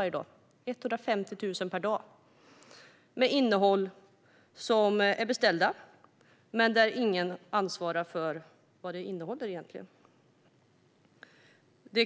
Paketen är beställda, men ingen ansvarar för vad de innehåller. Paketen